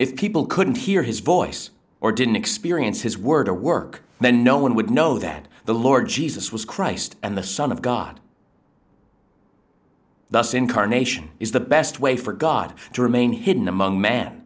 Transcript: if people couldn't hear his voice or didn't experience his word or work then no one would know that the lord jesus was christ and the son of god thus incarnation is the best way for god to remain hidden among man